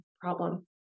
problem